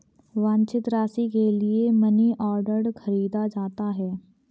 वांछित राशि के लिए मनीऑर्डर खरीदा जाता है